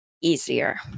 easier